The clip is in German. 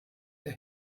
der